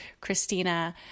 Christina